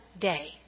day